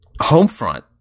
Homefront